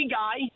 guy